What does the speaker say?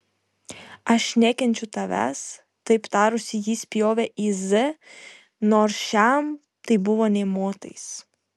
aš nekenčiu tavęs taip tarusi ji spjovė į z nors šiam tai buvo nė motais